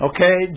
Okay